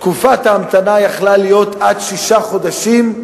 תקופת ההמתנה יכלה להיות עד שישה חודשים.